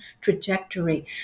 trajectory